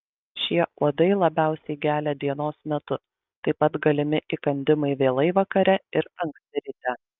šie uodai labiausiai gelia dienos metu taip pat galimi įkandimai vėlai vakare ir anksti ryte